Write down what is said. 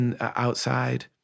outside